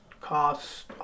cost